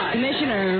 Commissioner